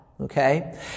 okay